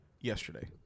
yesterday